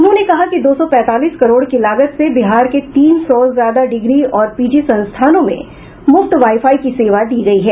उन्होंने कहा कि दो सौ पैंतालीस करोड़ की लागत से बिहार के तीन सौ ज्यादा डिग्री और पीजी संस्थानों में मुफ्त वाई फाई की सेवा दी गयी है